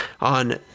on